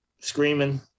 screaming